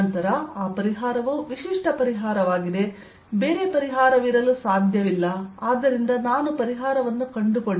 ನಂತರ ಆ ಪರಿಹಾರವು ವಿಶಿಷ್ಟ ಪರಿಹಾರವಾಗಿದೆ ಬೇರೆ ಪರಿಹಾರವಿರಲು ಸಾಧ್ಯವಿಲ್ಲ ಆದ್ದರಿಂದ ನಾನು ಪರಿಹಾರವನ್ನು ಕಂಡುಕೊಂಡೆ